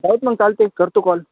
चालेल की मग चालतं आहे करतो कॉल